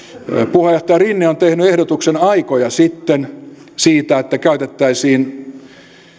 puheenjohtaja rinne on tehnyt ehdotuksen aikoja sitten siitä että käytettäisiin